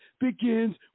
begins